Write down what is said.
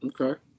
okay